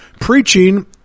Preaching